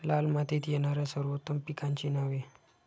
लाल मातीत येणाऱ्या सर्वोत्तम पिकांची नावे?